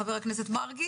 חבר הכנסת מרגי.